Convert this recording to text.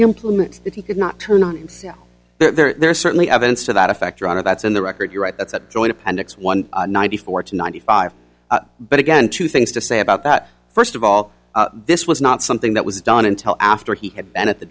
implements that he could not turn on him so there's certainly evidence to that effect your honor that's in the record you're right that's at joint appendix one ninety four to ninety five but again two things to say about that first of all this was not something that was done until after he had been at the